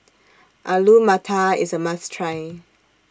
Alu Matar IS A must Try